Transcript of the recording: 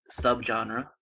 subgenre